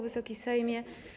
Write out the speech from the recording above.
Wysoki Sejmie!